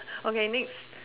okay next